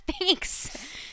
Thanks